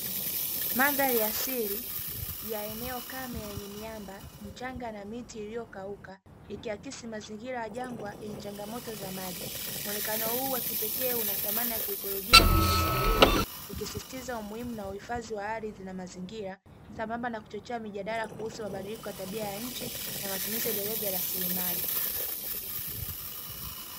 Mandhari ya asili ya eneo kame lenye miamba, michanga na miti iliyokauka, ikiakisi mazingira ya jangwa yenye changamoto ya maji. Muonekano huo wa kipekee una thamani ya kiikolojia na kihistoria, ukisisitiza umuhimu na uhifadhi wa ardhi na mazingira, sambamba na kuchochea mijadala kuhusu mabadiliko ya tabia ya nchi na matumizi endelevu ya rasilimali.